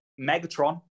megatron